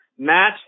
Matt